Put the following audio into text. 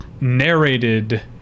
narrated